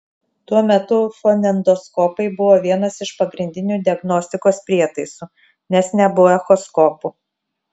tuo metu fonendoskopai buvo vienas iš pagrindinių diagnostikos prietaisų nes nebuvo echoskopų